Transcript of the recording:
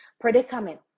predicament